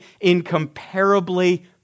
incomparably